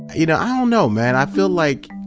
you know, i don't know man. i feel like